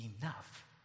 enough